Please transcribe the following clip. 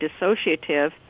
dissociative